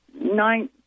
nine